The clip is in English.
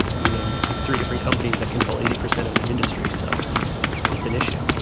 you know, three different companies that control eighty percent of an industry. so it's an issue